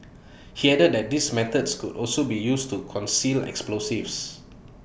he added that these methods could also be used to conceal explosives